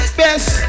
best